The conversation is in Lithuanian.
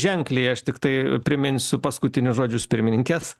ženkliai aš tiktai priminsiu paskutinius žodžius pirmininkės